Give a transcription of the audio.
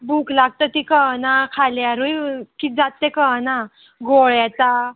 भूक लागता ती कळना खाल्यारूय कितें जाता तें कळना घुंवळ येता